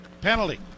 penalty